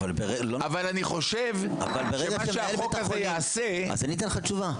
אבל אני חושב שמה שהחוק הזה יעשה --- אז אני אתן לך תשובה.